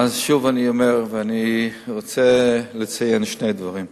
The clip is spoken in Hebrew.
אז שוב אני אומר, ואני רוצה לציין שני דברים: